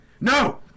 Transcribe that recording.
No